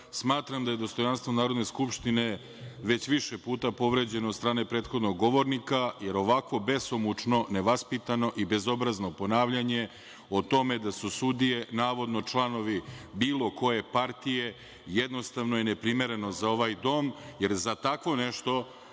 da je dostojanstvo Narodne skupštine već više puta povređeno od strane prethodnog govornika, jer ovako besomučno, nevaspitano i bezobrazno ponavljanje o tome da su sudije navodno članovi bilo koje partije jednostavno je neprimereno za ovaj dom, jer za tako nešto